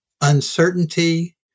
uncertainty